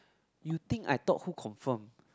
you think I thought who confirm